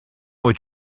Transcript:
would